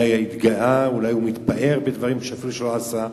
הוא מתפאר בדברים שאולי לא עשה.